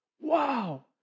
Wow